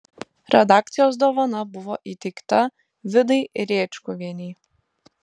redakcijos dovana buvo įteikta vidai rėčkuvienei